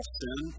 sin